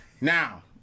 Now